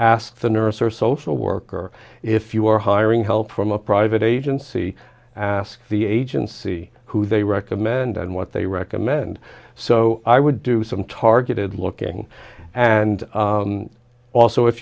ask the nurse or social worker if you are hiring help from a private agency ask the agency who they recommend and what they recommend so i would do some targeted looking and also if